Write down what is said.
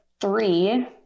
three